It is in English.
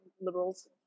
liberals